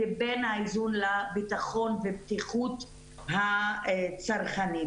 לבין האיזון לבטחון ובטיחות הצרכנים.